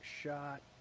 shot